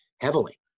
heavily